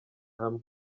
hamwe